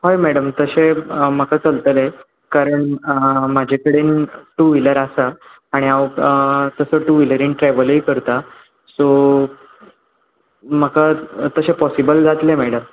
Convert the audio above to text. हय मॅडम तशें म्हाका चलतलें कारण म्हाजे कडेन टू विलर आसा आनी हांव तसो टू विलरीन ट्रॅवलूय करतां सो म्हाका तशें पॉसिबल जातलें मॅडम